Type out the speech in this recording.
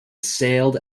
sailed